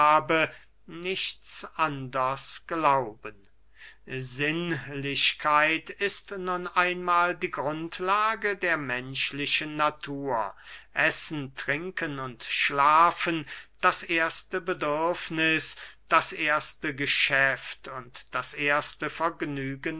nichts anders glauben sinnlichkeit ist nun einmahl die grundlage der menschlichen natur essen trinken und schlafen das erste bedürfniß das erste geschäft und das erste vergnügen